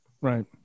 Right